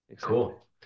Cool